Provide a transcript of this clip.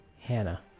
Hannah